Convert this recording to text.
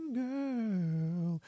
girl